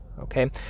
Okay